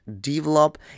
develop